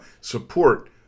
Support